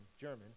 German